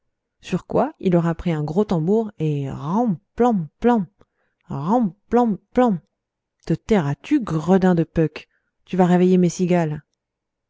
sur quoi il aura pris un gros tambour et ran plan plan ran plan plan te tairas-tu gredin de puck tu vas réveiller mes cigales